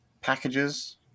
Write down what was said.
packages